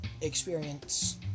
experience